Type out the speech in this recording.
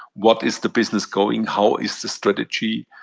what is the business going? how is the strategy?